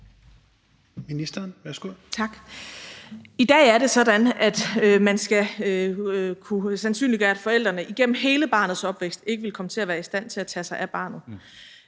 (Astrid Krag): Tak. I dag er det sådan, at man skal kunne sandsynliggøre, at forældrene igennem hele barnets opvækst ikke vil komme til at være i stand til at tage sig af barnet.